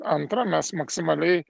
antra mes maksimaliai